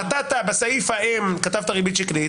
כתבת בסעיף האם "ריבית שקלית",